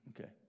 Okay